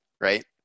right